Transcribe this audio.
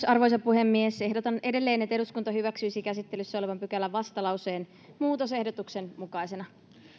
arvoisa puhemies ehdotan edelleen että eduskunta hyväksyy käsittelyssä olevan pykälän vastalauseen muutosehdotuksen mukaisena